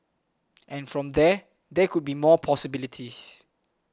and from there there could be more possibilities